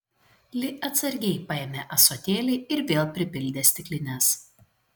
li atsargiai paėmė ąsotėlį ir vėl pripildė stiklines